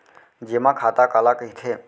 जेमा खाता काला कहिथे?